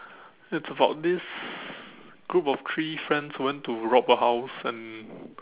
it's about this group of three friends who went to rob a house and